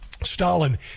Stalin